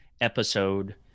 episode